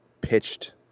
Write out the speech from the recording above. pitched